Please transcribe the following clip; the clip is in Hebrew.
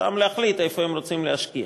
זכותם להחליט איפה הם רוצים להשקיע.